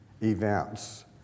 events